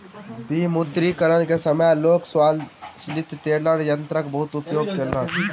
विमुद्रीकरण के समय लोक स्वचालित टेलर यंत्रक बहुत उपयोग केलक